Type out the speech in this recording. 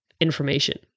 information